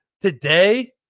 today